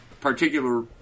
particular